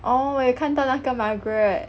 orh 我有看到那个 Margaret